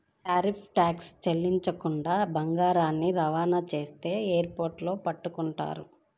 tariff tax చెల్లించకుండా బంగారాన్ని రవాణా చేస్తే ఎయిర్ పోర్టుల్లో పట్టుకుంటారు